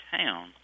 town